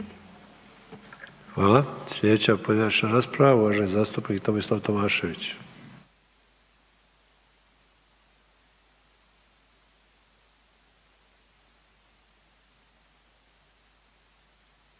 Hvala. Sljedeća pojedinačna rasprava uvaženi zastupnik Tomislav Tomašević.